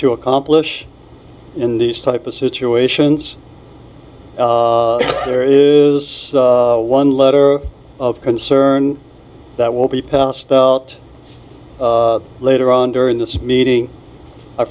to accomplish in these type of situations there is one letter of concern that will be passed out later on during this meeting i